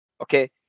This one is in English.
Okay